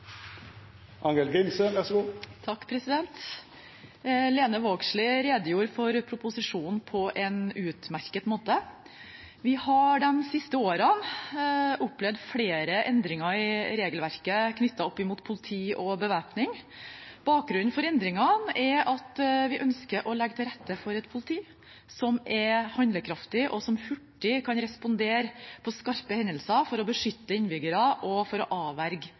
Lene Vågslid redegjorde for proposisjonen på en utmerket måte. Vi har de siste årene opplevd flere endringer i regelverket knyttet til politi og bevæpning. Bakgrunnen for endringene er at vi ønsker å legge til rette for et politi som er handlekraftig og hurtig kan respondere på skarpe hendelser for å beskytte innbyggere og avverge angrep. I 2013 ble våpeninstruksen endret, slik at politiet lettere fikk adgang til å